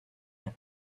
have